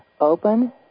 open